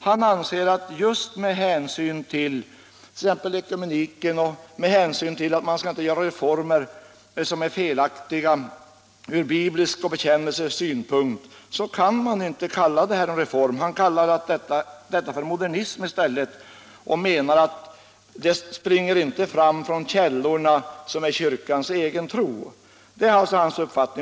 Han anser att man, just med hänsyn till exempelvis ekumeniken och detta att man inte skall genomföra reformer som är felaktiga från biblisk synpunkt och från bekännelsesynpunkt, inte kan kalla det här för en riktig reform. I stället kallar han det för ”modernism” och menar att det inte springer fram ur de källor som är kyrkans egen tro. Det är alltså hans uppfattning.